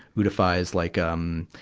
ootify is like, um,